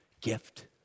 gift